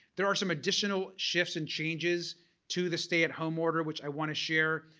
there are some additional shifts and changes to the stay at home order which i want to share.